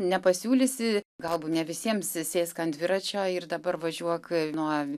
nepasiūlysi galbūt ne visiems sėsk ant dviračio ir dabar važiuok nuo